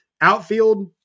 Outfield